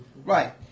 Right